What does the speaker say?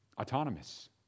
autonomous